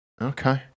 Okay